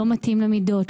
לא מתאים למידות,